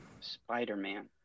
Spider-Man